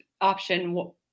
option –